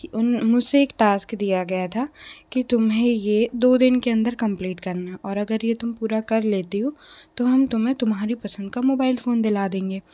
मुझे एक टास्क दिया गया था कि तुम्हें ये दो दिन के अंदर कंप्लीट करना और अगर ये तुम पूरा कर लेती हो तो हम तुम्हें तुम्हारी पसंद का मोबाइल फोन दिला देंगे